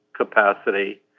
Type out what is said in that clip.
capacity